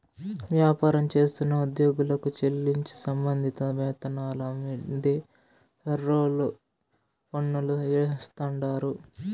వ్యాపారం చేస్తున్న ఉద్యోగులకు చెల్లించే సంబంధిత వేతనాల మీన్దే ఫెర్రోల్ పన్నులు ఏస్తాండారు